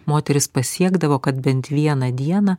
moterys pasiekdavo kad bent vieną dieną